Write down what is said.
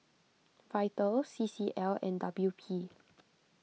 Vital C C L and W P